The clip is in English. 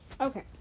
Okay